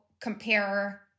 compare